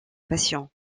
passion